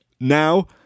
now